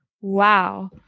Wow